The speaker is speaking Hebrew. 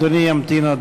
אדוני ימתין עוד